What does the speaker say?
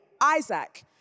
Isaac